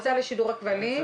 השירותים.